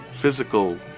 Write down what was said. physical